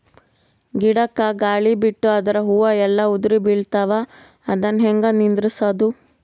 ಗಿಡಕ, ಗಾಳಿ ಬಿಟ್ಟು ಅದರ ಹೂವ ಎಲ್ಲಾ ಉದುರಿಬೀಳತಾವ, ಅದನ್ ಹೆಂಗ ನಿಂದರಸದು?